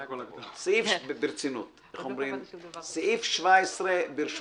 ברצינות, סעיף 17, ברשותך,